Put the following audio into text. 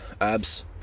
Abs